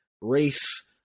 race